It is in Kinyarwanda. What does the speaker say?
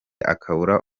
akabura